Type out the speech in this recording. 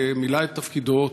ומילא את תפקידו,